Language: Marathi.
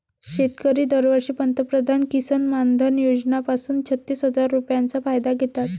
शेतकरी दरवर्षी पंतप्रधान किसन मानधन योजना पासून छत्तीस हजार रुपयांचा फायदा घेतात